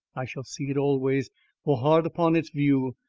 i shall see it always for hard upon its view,